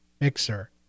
mixer